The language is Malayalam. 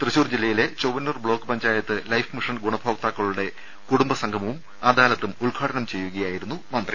തൃശൂർ ജില്ലയിലെ Choppannur block panchayat life mission ഗുണഭോക്താക്കളുടെ കുടുംബസംഗമവും അദാലത്തും ഉദ്ഘാടനം ചെയ്യുകയായിരുന്നു മന്ത്രി